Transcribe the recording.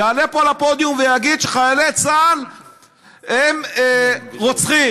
יעלה פה לפודיום ויגיד שחיילי צה"ל הם רוצחים.